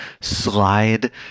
slide